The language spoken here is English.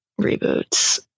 reboots